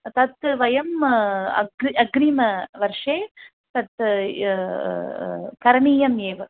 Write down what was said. तत् वयं अग् अग्रिमवर्षे तत् करणीयम् एव